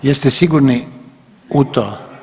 Jeste sigurni u to?